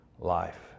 life